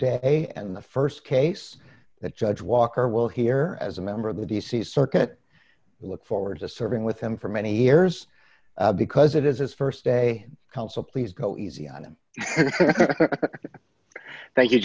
day and the st case that judge walker will hear as a member of the d c circuit look forward to serving with him for many years because it is his st day counsel please go easy on him thank you